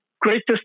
greatest